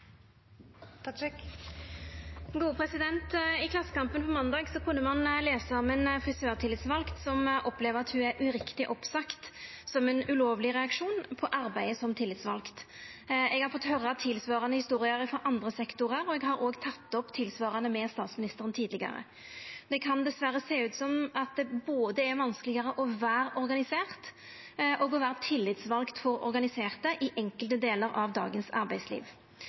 det siste hovedspørsmålet. I Klassekampen på måndag kunne ein lesa om ein frisørtillitsvald som opplever at ho er uriktig oppsagd, som ein ulovleg reaksjon på arbeidet som tillitsvald. Eg har fått høyra tilsvarande historier frå andre sektorar, og eg har òg teke opp tilsvarande spørsmål med statsministeren tidlegare. Det kan dessverre sjå ut som at det er vanskelegare både å vera organisert og å vera tillitsvald for organiserte i enkelte delar av dagens arbeidsliv.